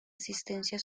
asistencia